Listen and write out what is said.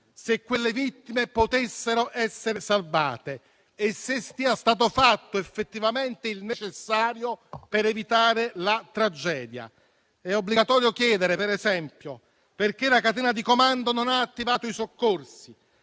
se quelle vittime potessero essere salvate e se sia stato fatto effettivamente il necessario per evitare la tragedia. È obbligatorio chiedere, per esempio, perché la catena di comando non abbia attivato i soccorsi;